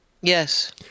Yes